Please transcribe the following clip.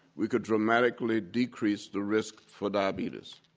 we could dramatically decrease the risk for diabetes,